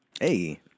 Hey